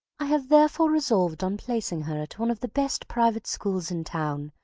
i have therefore resolved on placing her at one of the best private schools in town,